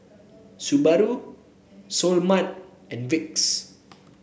Subaru Seoul Mart and Vicks